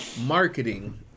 marketing